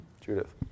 Judith